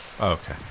Okay